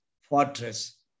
fortress